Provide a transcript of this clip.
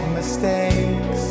mistakes